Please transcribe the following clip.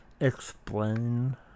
explain